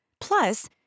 Plus